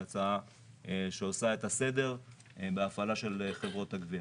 הצעה שעושה את הסדר בהפעלה של חברות הגבייה.